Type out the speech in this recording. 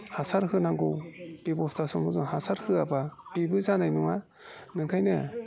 हासार होनांगौ बेबस्ता समाव जों हासार होयाबा बेबो जानाय नङा नंखायनो